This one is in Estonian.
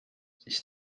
siis